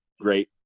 great